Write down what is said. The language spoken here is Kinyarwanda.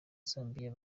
zambia